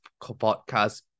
podcast